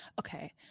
Okay